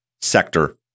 Sector